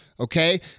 Okay